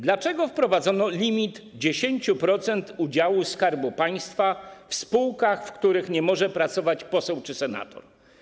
Dlaczego wprowadzono limit 10% udziału Skarbu Państwa w spółkach, w których nie może pracować poseł czy senator?